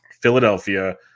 Philadelphia